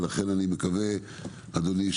ולכן אני מקווה אדוני,